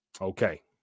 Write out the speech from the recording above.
Okay